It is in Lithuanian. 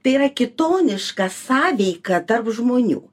tai yra kitoniška sąveika tarp žmonių